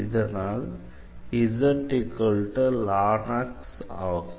இதனால் ஆகும்